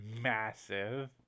massive